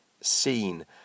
seen